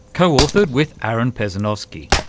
co-authored with aaron perzanowski.